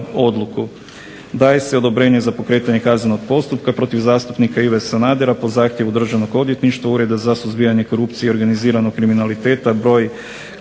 odluku: daje se odobrenje za pokretanje kaznenog postupka protiv zastupnika Ive Sanadera po zahtjevu državnog odvjetništva, Ureda za suzbijanje korupcije i organiziranog kriminaliteta broj